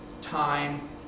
time